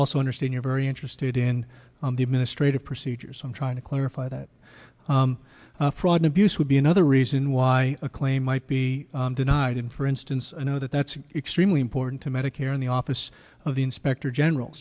also understand you're very interested in the administrative procedures i'm trying to clarify that fraud abuse would be another reason why a claim might be denied and for instance you know that that's extremely important to medicare and the office of the inspector general